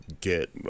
get